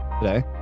today